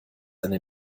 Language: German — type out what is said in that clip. eine